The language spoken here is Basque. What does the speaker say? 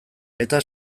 eta